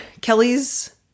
Kelly's